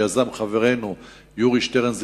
שיזם חברינו יורי שטרן,